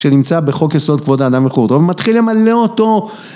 ‫שנמצא בחוק יסוד כבוד האדם וחירותו. ‫הוא מתחיל למלא אותו.